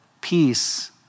peace